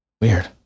Weird